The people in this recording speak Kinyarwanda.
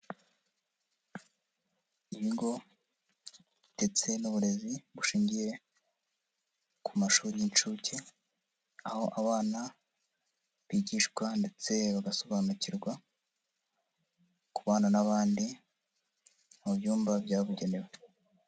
Ibigo ndetse n'uburezi bushingiye ku mashuri y'inshuke aho abana bigishwa ndetse bagasobanukirwa kubana n'abandi mu byumba byabugenewe.